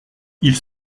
ils